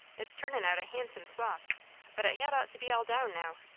it's turnin' out a handsome swath but it had ought to be all down now.